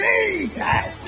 Jesus